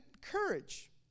courage